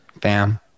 Bam